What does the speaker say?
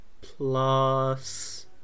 plus